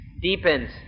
deepens